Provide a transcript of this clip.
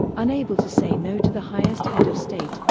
unable to say no to the highest head of state,